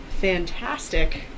fantastic